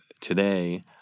today